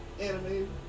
anime